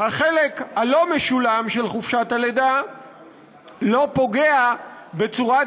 והחלק הלא-משולם של חופשת הלידה לא פוגע